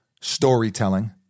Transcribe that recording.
storytelling